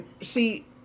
see